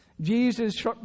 Jesus